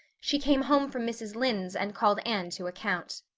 she came home from mrs. lynde's and called anne to account.